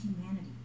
humanity